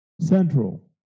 Central